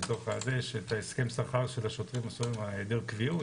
יש את הסכם השכר של השוטרים על היעדר קביעות,